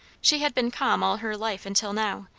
she had been calm all her life until now,